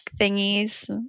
thingies